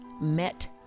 met